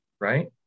right